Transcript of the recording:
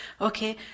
Okay